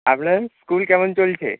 আপনার স্কুল কেমন চলছে